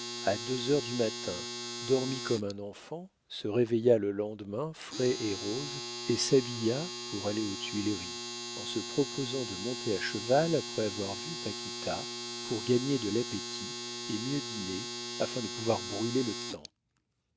à deux heures du matin dormit comme un enfant se réveilla le lendemain frais et rose et s'habilla pour aller aux tuileries en se proposant de monter à cheval après avoir vu paquita pour gagner de l'appétit et mieux dîner afin de pouvoir brûler le temps